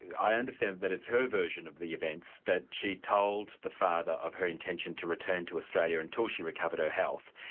i understand that it's her version of the events, that she told the father of her intention to return to australia until she recovered her health,